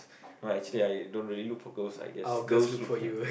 no actually I don't really look for girls I guess girls look for